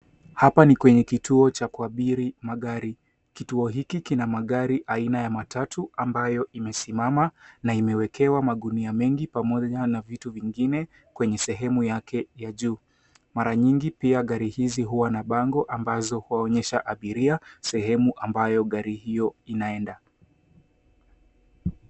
Hapa ni kwenye kituo cha kuabiri magari. Kituo hiki kina magari aina ya matatu ambayo imesimama na imewekewa magunia mengi pamoja na vitu vingine kwenye sehemu yake ya juu. Mara nyingi pia gari hizi huwa na bango ambazo huwaonyesha abiria sehemu ambayo gari hiyo inaenda.